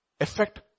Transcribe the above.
effect